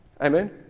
Amen